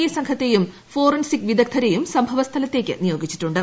A സംഘത്തേയും forensic വിദഗ്ദ്ധരേയും സംഭവസ്ഥലത്തേക്ക് നിയോഗിച്ചിട്ടുണ്ട്